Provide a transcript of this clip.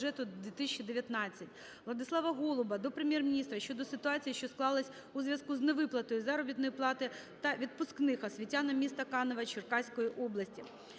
Владислава Голуба до Прем'єр-міністра щодо ситуації, що склалась у зв'язку з невиплатою заробітної плати та відпускних освітянам міста Канева Черкаської області.